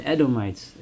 Edomites